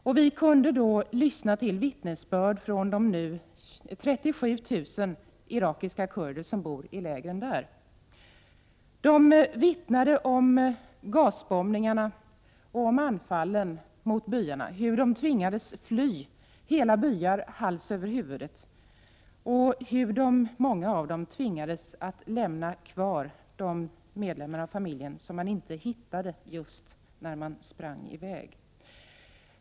I Turkiet kunde vi lyssna till vittnesbörd från de nu 37 000 irakiska kurder som bor i dessa läger. Dessa människor vittnade om gasbombningarna och om anfallen mot byarna. Hela byar med människor tvingades fly hals över huvud, och många av dem tvingades att lämna kvar medlemmar av sina familjer som de inte hittade just då.